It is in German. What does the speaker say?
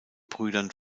brüdern